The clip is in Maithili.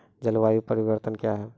जलवायु परिवर्तन कया हैं?